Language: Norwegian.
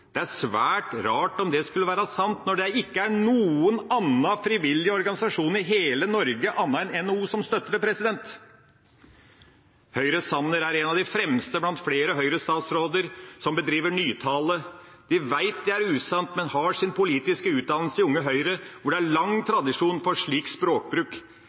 Det er svært rart om det skulle være sant, når det ikke er noen annen frivillig organisasjon i hele Norge enn NHO som støtter det. Høyres Sanner er en av de fremste blant flere Høyre-statsråder som bedriver nytale. De vet det er usant, men har sin politiske utdannelse i Unge Høyre, hvor det er lang tradisjon for slik språkbruk